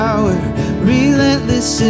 relentless